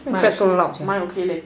mine okay leh